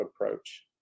approach